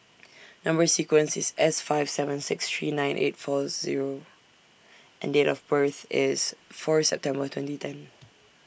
Number sequence IS S five seven six three nine eight four Zero and Date of birth IS Fourth September twenty ten